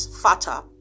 fatter